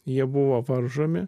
jie buvo varžomi